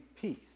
peace